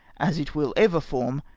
as it will ever form,